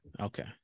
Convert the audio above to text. Okay